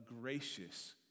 gracious